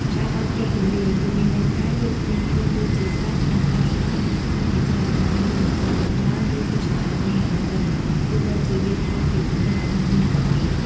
ការបើកចិត្តទូលាយ គឺមានន័យថា យើងត្រៀមខ្លួនរួចជាស្រេចក្នុងការស្តាប់ និងពិចារណាលើមតិយោបល់ ឬទស្សនៈរបស់អ្នកដទៃ ទោះបីជាវាខុសពីគំនិតរបស់យើងក៏ដោយ។